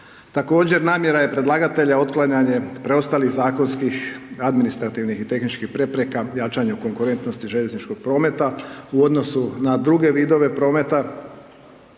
Također namjera je predlagatelja otklanjanje preostalih zakonskih administrativnih i tehničkih prepreka, jačanju konkurentnosti željezničkog prometa, u odnosu na druge vidove prometa.